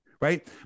Right